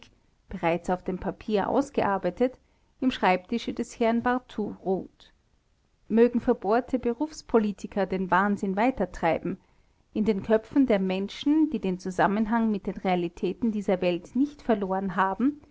bereits auf dem papier ausgearbeitet im schreibtische des herrn barthou ruht mögen verbohrte berufspolitiker den wahnsinn weitertreiben in den köpfen der menschen die den zusammenhang mit den realitäten dieser welt nicht verloren haben